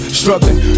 struggling